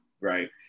Right